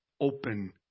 open